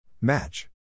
Match